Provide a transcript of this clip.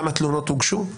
כמה תלונות הוגשו,